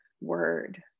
word